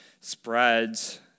spreads